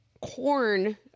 corn